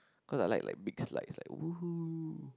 cause I like like big slides like woohoo